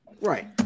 Right